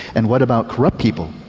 and what about corrupt people,